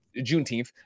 juneteenth